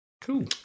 Cool